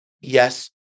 yes